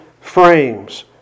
frames